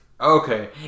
Okay